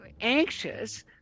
anxious